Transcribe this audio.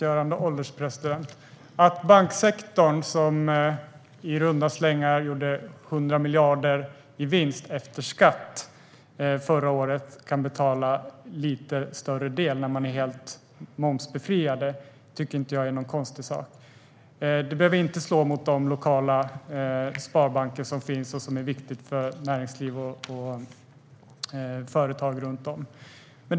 Fru ålderspresident! Att banksektorn, som i runda slängar gjorde 100 miljarder i vinst efter skatt förra året, kan betala en lite större del när man är helt momsbefriad tycker jag inte är någon konstig sak. Det behöver inte slå mot de lokala sparbanker som är viktiga för näringsliv och företag runt om i landet.